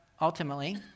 ultimately